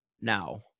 now